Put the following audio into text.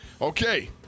Okay